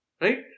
Right